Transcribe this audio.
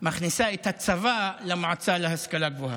מכניסה את הצבא, את המועצה להשכלה גבוהה.